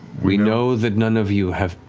we know that none of you have,